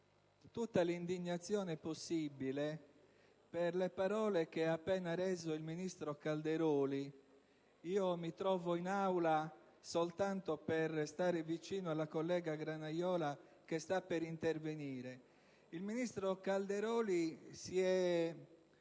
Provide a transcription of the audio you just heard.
tutta l'indignazione possibile per le parole che ha appena reso il ministro Calderoli. Mi trovo in Aula soltanto per restare vicino alla collega Granaiola che sta per intervenire. Il ministro Calderoli si è